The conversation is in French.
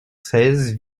seize